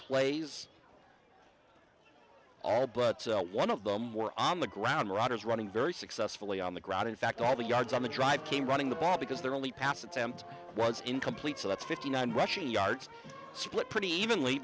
plays all but one of them were on the ground routers running very successfully on the ground in fact all the yards on the drive came running the ball because their only pass attempt was incomplete so that's fifty nine rushing yards split pretty evenly